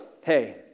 hey